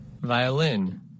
Violin